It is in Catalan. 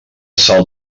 sal